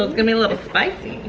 um going to be a little spicy.